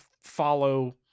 follow